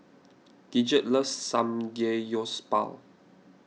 Gidget loves Samgeyopsal